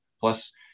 plus